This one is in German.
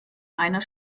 einer